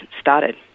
started